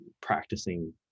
practicing